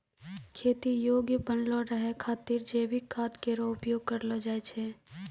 खेती योग्य बनलो रहै खातिर जैविक खाद केरो उपयोग करलो जाय छै